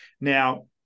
Now